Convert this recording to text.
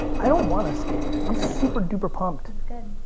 i don't want to escape. i'm super duper pumped. that's good.